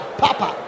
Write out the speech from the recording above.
papa